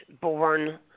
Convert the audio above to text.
born